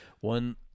One